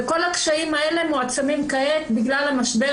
וכל הקשיים האלה מועצמים כעת בגלל המשבר